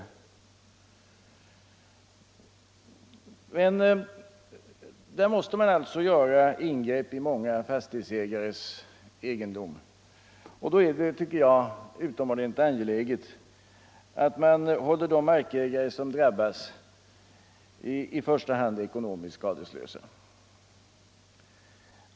Där måste man - Nr 138 alltså göra ingrepp i många fastighetsägares egendom, och då är det, Måndagen den tycker jag, utomordentligt angeläget att man håller de drabbade mark 9:december 1974 ägarna i första hand ekonomiskt skadeslösa.